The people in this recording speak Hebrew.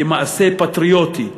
כמעשה פטריוטי.